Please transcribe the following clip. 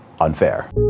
unfair